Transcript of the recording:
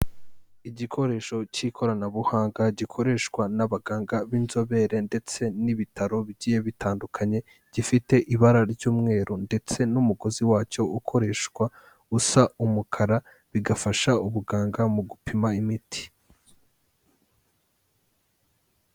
Igikoresho cy'ikoranabuhanga gikoreshwa n'abaganga b'inzobere ndetse n'ibitaro bigiye bitandukanye, gifite ibara ry'umweru ndetse n'umugozi wacyo ukoreshwa usa umukara, bigafasha ubuganga mu gupima imiti.